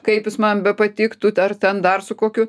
kaip jis man bepatiktų ar ten dar su kokiu